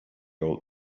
old